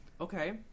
Okay